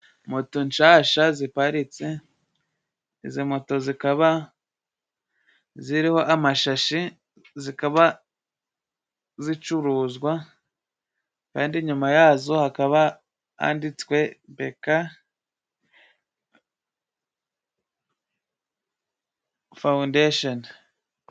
Moto nshyashya ziparitse, izi moto zikaba ziriho amashashi, zikaba zicuruzwa, kandi inyuma ya zo hakaba handitswe beka fawundesheni.